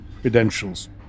credentials